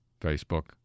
Facebook